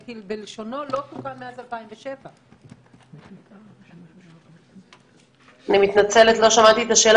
בלשונו לא תוקן ולא שונה מאז 2007. חברת הכנסת רצתה רק לוודא שאותה